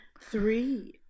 Three